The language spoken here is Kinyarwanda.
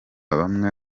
bamwe